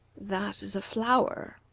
that is a flower,